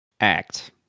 Act